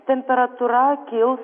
temperatūra kils